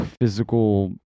physical